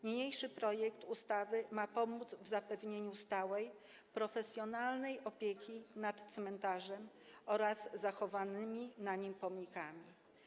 Niniejszy projekt ustawy ma pomóc w zapewnieniu stałej, profesjonalnej opieki nad cmentarzem oraz zachowanymi na nim pomnikami.